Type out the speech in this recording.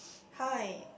how I